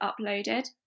uploaded